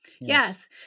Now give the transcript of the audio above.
yes